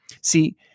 See